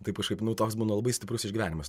taip kažkaip nu toks būna labai stiprus išgyvenimas